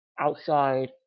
Outside